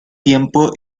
tiempo